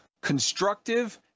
constructive